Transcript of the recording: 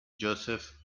josef